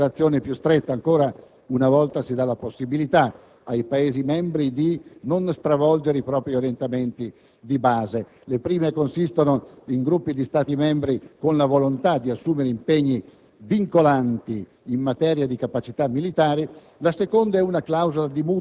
La proposta prevede le cosiddette cooperazioni strutturate e la cooperazione più stretta; ancora una volta, si dà la possibilità ai Paesi membri di non stravolgere i propri orientamenti di base. Le prime consistono in gruppi di Stati membri con la volontà di assumere impegni